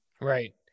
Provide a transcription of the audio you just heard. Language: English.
Right